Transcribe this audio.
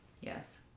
Yes